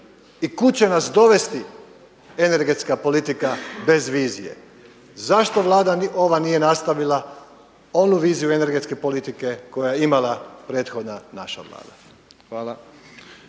I kud će nas dovesti energetska politika bez vizije. Zašto Vlada ova nije nastavila onu viziju energetske politike koja je imala prethodna naša Vlada? Hvala.